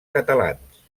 catalans